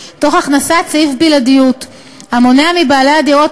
בהכנסת סעיף בלעדיות המונע מבעלי הדירות